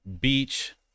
Beach